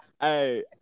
Hey